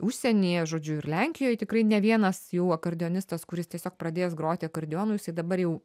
užsienyje žodžiu ir lenkijoj tikrai ne vienas jų akordeonistas kuris tiesiog pradėjęs groti akordeonu jisai dabar jau